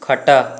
ଖଟ